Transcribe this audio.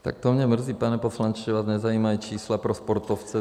Tak to mě mrzí, pane poslanče, že vás nezajímají čísla pro sportovce.